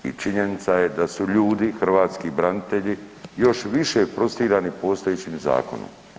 I činjenica je da su ljudi, hrvatski branitelji još više frustrirani postojećim zakonom.